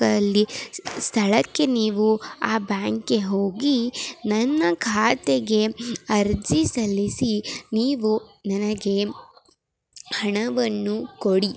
ಕಲ್ಲಿ ಸ್ಥಳಕ್ಕೆ ನೀವು ಆ ಬ್ಯಾಂಕ್ಗೆ ಹೋಗಿ ನನ್ನ ಖಾತೆಗೆ ಅರ್ಜಿ ಸಲ್ಲಿಸಿ ನೀವು ನನಗೆ ಹಣವನ್ನು ಕೊಡಿ